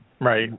Right